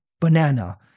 Banana